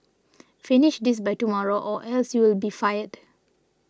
finish this by tomorrow or else you'll be fired